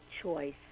choice